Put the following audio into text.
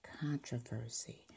controversy